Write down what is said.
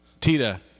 Tita